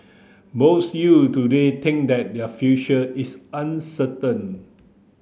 most youth today think that their future is uncertain